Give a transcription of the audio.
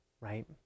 right